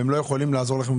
הם לא יכולים לעזור לכם,